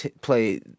play